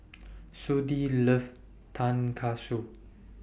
Sudie loves Tan Katsu